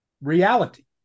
reality